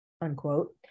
unquote